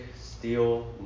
steel